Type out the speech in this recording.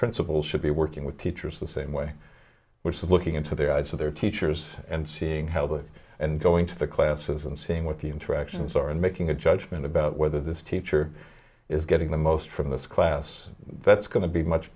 principals should be working with teachers the same way which is looking into the eyes of their teachers and seeing how that and going to the classes and seeing what the interactions are and making a judgment about whether this teacher is getting the most from this class that's going to be much